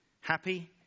Happy